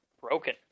broken